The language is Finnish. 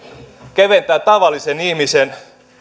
keventää tavallisen ihmisen